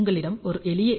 உங்களிடம் ஒரு எளிய எல்